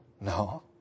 No